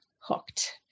hooked